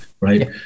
right